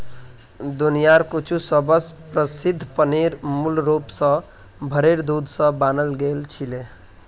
दुनियार कुछु सबस प्रसिद्ध पनीर मूल रूप स भेरेर दूध स बनाल गेल छिले